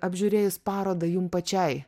apžiūrėjus parodą jum pačiai